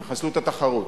הן יחסלו את התחרות.